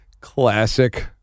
Classic